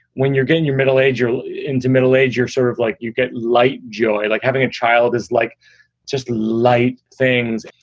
when you're getting your middle age into middle age, you're sort of like you get light joy, like having a child is like just light things.